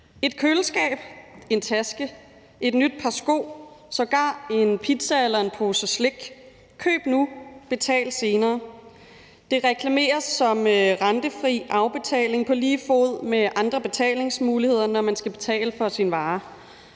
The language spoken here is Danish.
Et køleskab, en taske, et par nye sko, sågar en pizza eller en pose slik: Køb nu, betal senere. Det reklameres som rentefri afbetaling på lige fod med andre betalingsmuligheder, når man skal betale for sin vare,